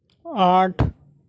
آٹھ